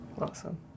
Awesome